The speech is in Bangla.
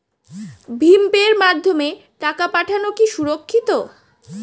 ভিম পের মাধ্যমে টাকা পাঠানো কি সুরক্ষিত?